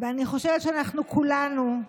ואני חושבת שאנחנו כולנו,